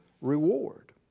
reward